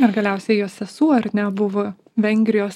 ir galiausiai jos sesuo ar ne buvo vengrijos